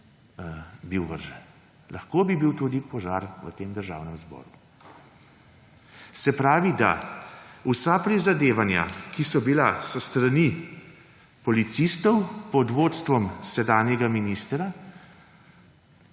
okna, lahko bi prišlo tudi do požara v Državnem zboru. Se pravi, da vsa prizadevanja, ki so bila s strani policistov pod vodstvom sedanjega ministra